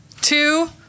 two